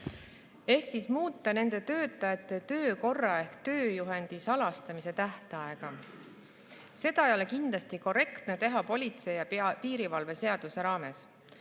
muuta nende töötajate töökorra ehk tööjuhendi salastamise tähtaega. Seda ei ole kindlasti korrektne teha politsei ja piirivalve seaduse raames.